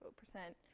percent.